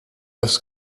his